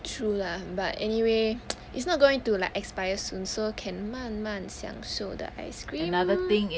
true lah but anyway it's not going to like expire soon so can 慢慢享受的 ice cream